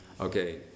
Okay